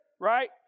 right